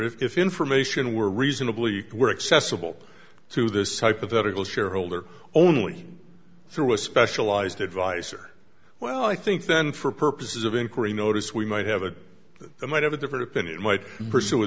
if information were reasonably were accessible to this hypothetical shareholder only through a specialized adviser well i think then for purposes of inquiry notice we might have a the might have a different opinion might pursue a